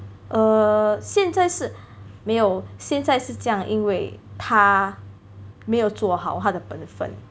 err 现在是没有现在是这样因为他没有做好他的本分